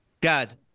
God